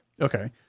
Okay